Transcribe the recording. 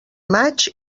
maig